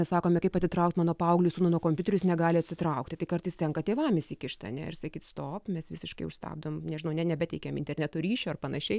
sakome kaip atitraukt mano paauglį sūnų nuo kompiuterio jis negali atsitraukti tai kartais tenka tėvam įsikišt ar ne ir sakyt stop mes visiškai užstabdom nežinau ne nebeteikiam interneto ryšio ar panašiai